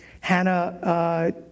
Hannah